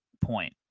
point